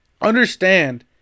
Understand